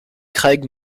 craig